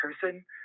person